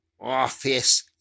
office